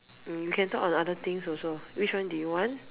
mm we can talk on other things also which one do you want